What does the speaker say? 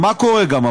מה קורה, גם?